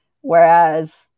Whereas